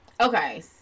Okay